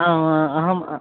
आ अहं